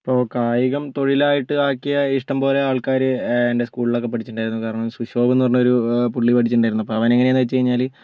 ഇപ്പോൾ കായികം തൊഴിലായിട്ട് ആക്കിയ ഇഷ്ടംപോലെ ആൾക്കാർ എൻ്റെ സ്കൂളിലൊക്കെ പഠിച്ചിട്ടുണ്ടായിരുന്നു കാരണം സുഷോബ് എന്ന് പറഞ്ഞ ഒരു പുള്ളി പഠിച്ചിട്ടുണ്ടായിരുന്നു അപ്പം അവൻ എങ്ങനെ എന്ന് വെച്ച് കഴിഞ്ഞാൽ